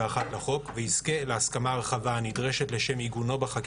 לחוק ויזכה להסכמה רחבה הנדרשת לשם עיגונו בחקיקה.